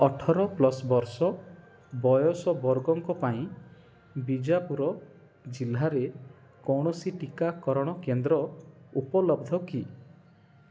ଅଠର ପ୍ଲସ ବର୍ଷ ବୟସ ବର୍ଗଙ୍କ ପାଇଁ ବିଜାପୁର ଜିଲ୍ଲାରେ କୌଣସି ଟିକାକରଣ କେନ୍ଦ୍ର ଉପଲବ୍ଧ କି